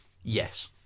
Yes